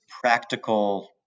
practical